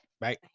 Bye